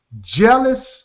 jealous